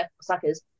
suckers